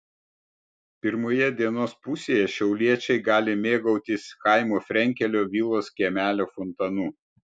pirmoje dienos pusėje šiauliečiai gali mėgautis chaimo frenkelio vilos kiemelio fontanu